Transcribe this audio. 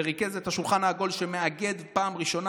וריכז את השולחן העגול שאיגד פעם ראשונה